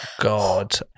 god